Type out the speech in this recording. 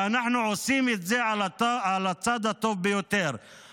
ואנחנו עושים את זה על הצד הטוב ביותר.